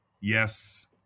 Yes